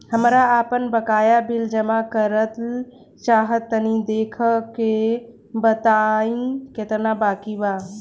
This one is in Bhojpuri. हमरा आपन बाकया बिल जमा करल चाह तनि देखऽ के बा ताई केतना बाकि बा?